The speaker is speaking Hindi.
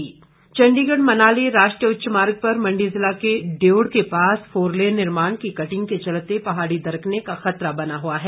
हाईवे चंडीगढ़ मनाली राष्ट्रीय उच्च मार्ग पर मंडी जिला के डयोड़ के पास फोरलेन निर्माण की कटिंग के चलते पहाड़ी दरकने का खतरा बना हुआ है